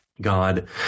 God